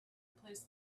placed